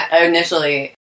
initially